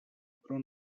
pro